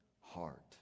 heart